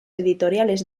editoriales